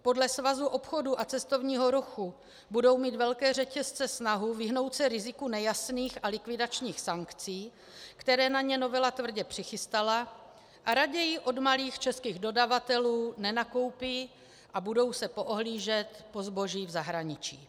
Podle Svazu obchodu a cestovního ruchu budou mít velké řetězce snahu vyhnout se riziku nejasných a likvidačních sankcí, které na ně novela tvrdě přichystala, a raději od malých českých dodavatelů nenakoupí a budou se poohlížet po zboží v zahraničí.